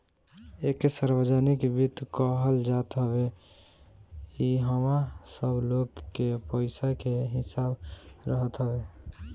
एके सार्वजनिक वित्त कहल जात हवे इहवा सब लोग के पईसा के हिसाब रहत हवे